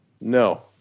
No